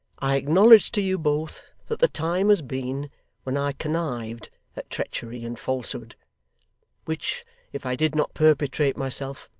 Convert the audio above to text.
i acknowledge to you both that the time has been when i connived at treachery and falsehood which if i did not perpetrate myself,